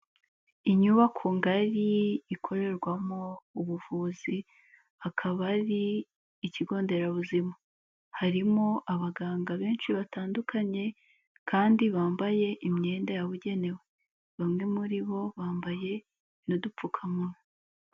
Inyubako ngari ikorerwamo ubuvuzi, akaba ari ikigo nderabuzima, harimo abaganga benshi batandukanye kandi bambaye imyenda yabugenewe, bamwe muri bo bambaye n'udupfukamunwa.